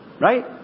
Right